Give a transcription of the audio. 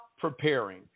preparing